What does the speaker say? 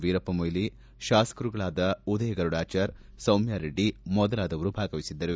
ವೀರಪ್ಪ ಮೊಯ್ಲಿ ತಾಸಕರುಗಳಾದ ಉದಯ ಗರುಡಚಾರ್ ಸೌಮ್ಡಾರೆಡ್ಡಿ ಮೊದಲಾದವರು ಭಾಗವಹಿಸಿದ್ದರು